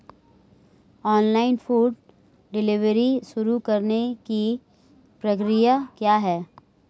Online food delivery शुरू करने की प्रक्रिया क्या है?